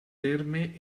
terme